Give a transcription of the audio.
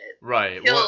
Right